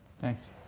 Thanks